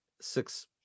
six